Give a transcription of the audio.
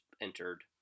entered